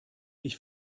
ich